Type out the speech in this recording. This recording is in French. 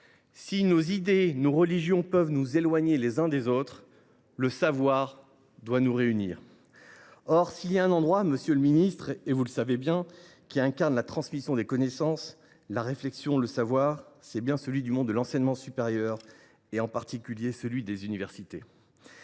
Si nos idées, nos religions peuvent nous éloigner les uns des autres, le savoir doit nous réunir !» S’il y a un endroit, monsieur le ministre, vous le savez bien, qui incarne la transmission des connaissances, la réflexion et le savoir, c’est bien le monde de l’enseignement supérieur, en particulier les universités.